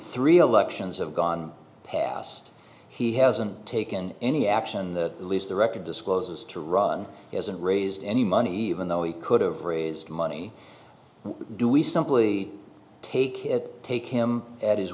three elections have gone past he hasn't taken any action the least the record discloses to run hasn't raised any money even though he could have raised money do we simply take it take him at his